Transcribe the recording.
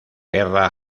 guerra